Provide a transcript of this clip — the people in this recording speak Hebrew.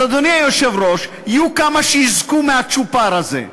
אז, אדוני היושב-ראש, יהיו כמה שיזכו מהצ'ופר הזה,